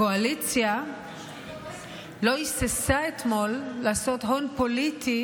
הקואליציה לא היססה אתמול לעשות הון פוליטי